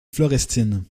florestine